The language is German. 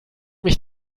mich